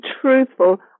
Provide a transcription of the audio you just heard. truthful